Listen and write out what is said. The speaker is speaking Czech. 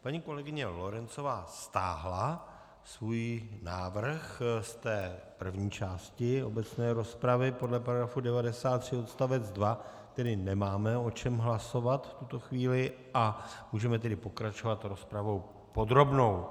Paní kolegyně Lorencová stáhla svůj návrh z té první části obecné rozpravy podle § 93 odst. 2, tedy nemáme o čem hlasovat v tuto chvíli, a můžeme tedy pokračovat rozpravou podrobnou.